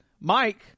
Mike